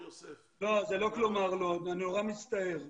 זה לא כלומר לא, אני נורא מצטער.